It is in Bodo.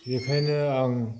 बेखायनो आं